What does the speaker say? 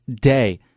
day